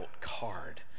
card